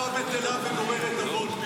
"וכל תורה שאין עימה מלאכה סופה בטלה וגוררת עוון",